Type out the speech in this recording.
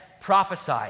prophesy